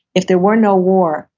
if there were no war,